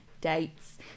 dates